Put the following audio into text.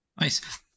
Nice